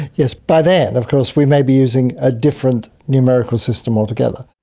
yes, by then of course we may be using a different numerical system altogether.